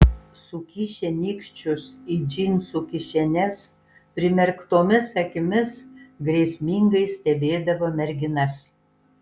sukišę nykščius į džinsų kišenes primerktomis akimis grėsmingai stebėdavo merginas